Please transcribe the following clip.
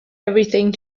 everything